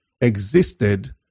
existed